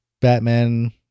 Batman